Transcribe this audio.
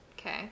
Okay